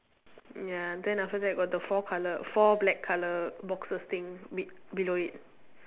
ya then after that got the four colour four black colour boxes thing be~ below it